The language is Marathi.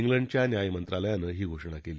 सिंडच्या न्याय मंत्रालयानं ही घोषणा केली